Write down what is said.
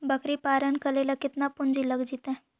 बकरी पालन करे ल केतना पुंजी लग जितै?